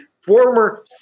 former